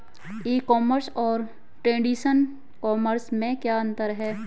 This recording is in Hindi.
ई कॉमर्स और ट्रेडिशनल कॉमर्स में क्या अंतर है?